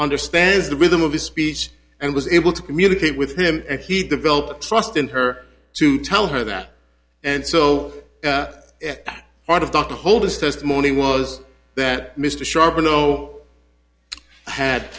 understands the rhythm of his speech and was able to communicate with him and he developed trust in her to tell her that and so part of dr hold his testimony was that mr sharp uno had